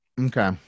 Okay